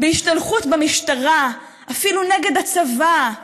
בהשתלחות במשטרה, אפילו נגד הצבא,